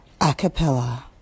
Acapella